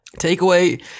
Takeaway